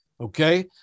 okay